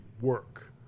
work